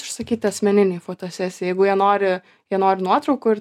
užsakyti asmeninei fotosesijai jeigu jie nori jie nori nuotraukų ir